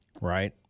Right